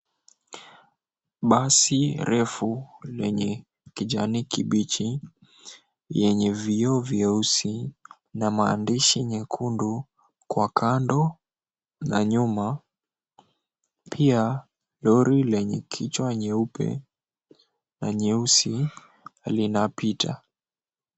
Basi refu lenye kijani kibichi yenye vioo vyeusi na maandishi mekundu kwa kwando na nyuma. Pia lori lenye kichwa nyeupe na nyeusi linapita.